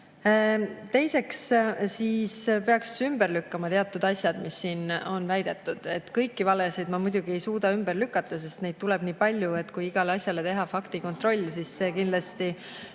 Teiseks peaks ümber lükkama teatud asjad, mis siin on väidetud. Kõiki valesid ma muidugi ei suuda ümber lükata, sest neid tuleb nii palju, et kui igale asjale teha faktikontroll, siis need kõik kindlasti